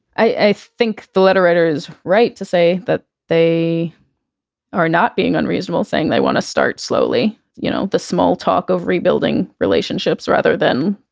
i think the letter writer is right to say that they are not being unreasonable, saying they want to start slowly. you know, the small talk of rebuilding relationships rather than,